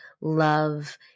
love